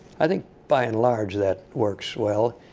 i think, by and large, that works well.